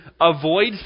avoid